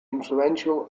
influential